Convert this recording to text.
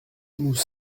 nous